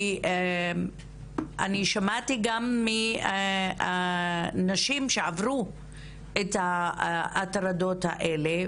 כי אני שמעתי גם מנשים שעברו את ההטרדות האלה,